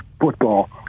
football